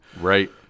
right